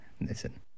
Listen